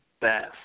best